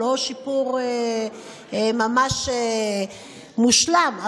לא שיפור ממש מושלם,